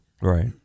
Right